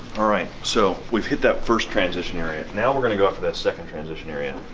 alright so we've hit that first transition area. now we're gonna go after that second transition area.